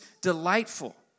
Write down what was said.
delightful